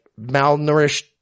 malnourished